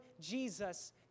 Jesus